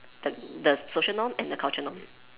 the the social norm and the cultural norm